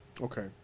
Okay